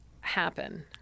happen